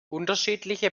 unterschiedliche